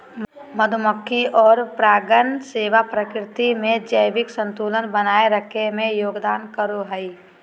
मधुमक्खी और परागण सेवा प्रकृति में जैविक संतुलन बनाए रखे में योगदान करो हइ